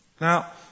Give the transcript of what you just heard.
Now